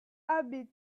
abbé